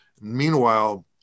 Meanwhile